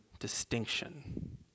distinction